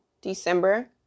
December